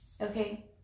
okay